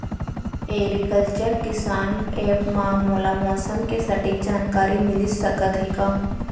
Agriculture किसान app मा मोला मौसम के सटीक जानकारी मिलिस सकत हे का?